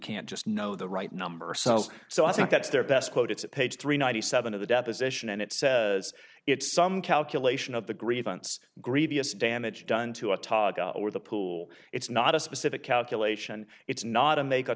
can't just know the right number sounds so i think that's their best quote it's page three ninety seven of the deposition and it says it's some calculation of the grievance grevious damage done to a ta da or the pool it's not a specific calculation it's not a make a